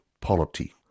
polity